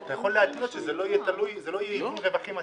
אתה יכול להתנות שזה לא --- רווחים עתידיים.